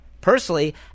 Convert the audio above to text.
personally